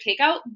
takeout